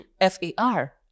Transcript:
F-A-R